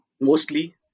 mostly